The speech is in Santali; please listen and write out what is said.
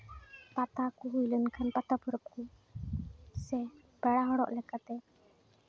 ᱯᱟᱛᱟ ᱠᱚ ᱦᱩᱭ ᱞᱮᱱᱠᱷᱟᱱ ᱯᱟᱛᱟ ᱯᱚᱨᱚᱵᱽ ᱠᱚ ᱥᱮ ᱯᱮᱲᱟ ᱦᱚᱲᱚᱜ ᱞᱮᱠᱟᱛᱮ